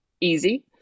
easy